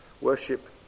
worship